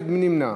מי נגד?